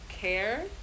care